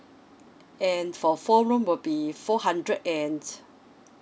and for four room will be four hundred and